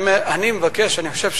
אני חושב,